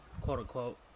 quote-unquote